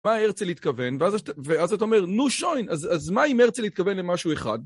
מה הרצל התכוון, ואז אתה אומר, נו שוין, אז מה אם הרצל התכוון למשהו אחד?